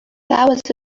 that